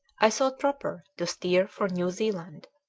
i thought proper to steer for new zealand,